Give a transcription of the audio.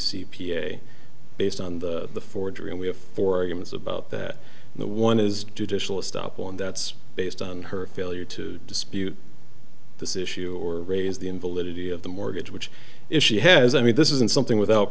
a based on the forgery and we have four humans about that the one is judicial a stop one that's based on her failure to dispute this issue or raise the invalidity of the mortgage which if she has i mean this isn't something without